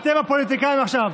אתם הפוליטיקאים עכשיו,